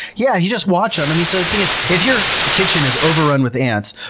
yeah, you just watch them. i mean, so the thing is, if your kitchen is overrun with ants,